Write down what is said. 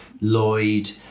Lloyd